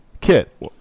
Kit